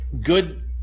good